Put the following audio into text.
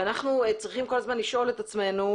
אנחנו צריכים כל הזמן לשאול את עצמנו,